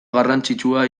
garrantzitsua